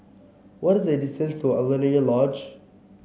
what the distance to Alaunia Lodge